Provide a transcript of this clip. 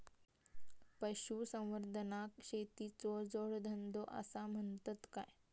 पशुसंवर्धनाक शेतीचो जोडधंदो आसा म्हणतत काय?